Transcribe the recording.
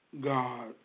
God